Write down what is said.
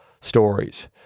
stories